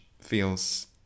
feels